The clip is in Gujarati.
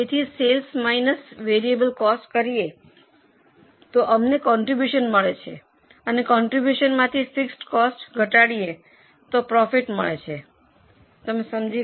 તેથી સેલ્સ માઇનસ વેરીએબલ કોસ્ટ કરીયે તો અમને કોન્ટ્રીબ્યુશન મળે છે અને કોન્ટ્રીબ્યુશન માંથી ફિક્સડ કોસ્ટ ઘટાડીયે તો પ્રોફિટ મળે છે તમે સમજી ગયા